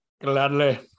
Gladly